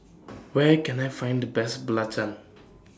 Where Can I Find The Best Belacan